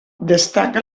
destaca